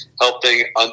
helping